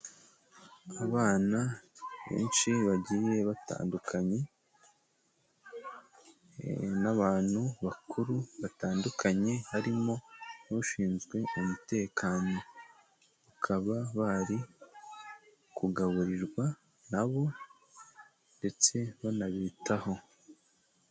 Abana benshi bagiye batandukanye, n'abantu bakuru batandukanye harimo ushinzwe umutekano bakaba bari kugaburirwa nabo ndetse banabitaho.